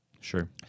Sure